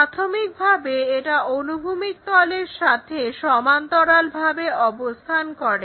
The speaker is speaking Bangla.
প্রাথমিকভাবে এটা অনুভূমিক তলের সাথে সমান্তরালভাবে অবস্থান করে